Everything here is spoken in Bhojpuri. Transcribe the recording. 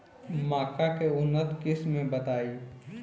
मक्का के उन्नत किस्म बताई?